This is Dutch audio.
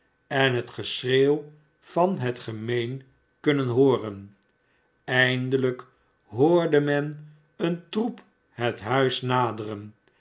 en het geschreeuw van het gemeen kunnen hooren eindelijk hoorde men een troep het huis naderen